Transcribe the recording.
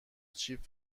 چیپ